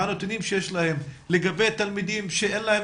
הנתונים שיש להם לגבי תלמידים שאין להם